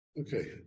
Okay